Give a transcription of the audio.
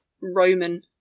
roman